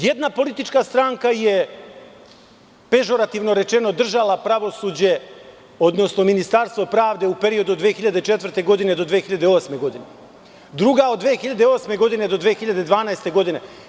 Jedna politička stranka je, pežorativno rečeno, držala pravosuđe, odnosno Ministarstvo pravde u periodu od 2004. do 2008. godine, a druga od 2008. do 2012. godine.